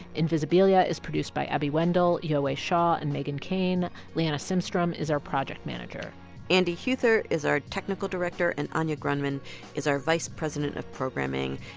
invisibilia is produced by abby wendle, yowei shaw and meghan keane. liana simstrom is our project manager andy huber is our technical director. and anya grundmann is our vice president of programming.